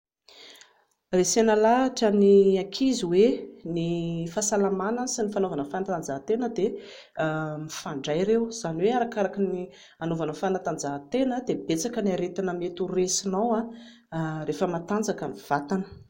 Resena lahatra ny ankizy hoe ny fahasalamana sy ny fanaovana fanatanjahan-tena dia mifandray ireo, izany hoe arakaraky ny hanaovana fanatanjahan-tena dia betsaka ny aretina mety ho resinao rehefa matanjaka ny vatana